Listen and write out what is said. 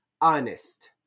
honest